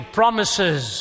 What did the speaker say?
promises